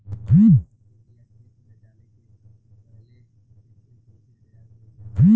धान के बिया खेत में डाले से पहले खेत के कइसे तैयार कइल जाला?